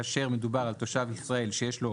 כאשר מדובר על תושב ישראל שיש לו,